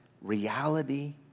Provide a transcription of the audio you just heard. reality